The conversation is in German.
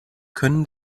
können